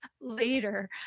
later